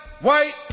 white